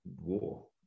war